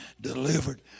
delivered